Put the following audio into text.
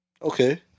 Okay